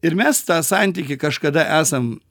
ir mes tą santykį kažkada esam